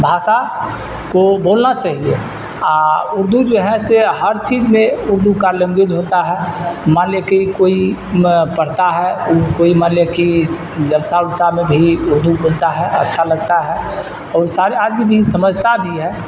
بھاشا کو بولنا چاہیے اردو جو ہے سے ہر چیز میں اردو کا لنگیج ہوتا ہے مان لیا کہ کوئی پڑھتا ہے کوئی مان لیا کہ جلسہ ولسہ میں بھی اردو بولتا ہے اچھا لگتا ہے اور سارے آدمی بھی سمجھتا بھی ہے